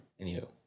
Anywho